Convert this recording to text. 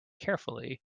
carefully